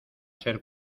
ser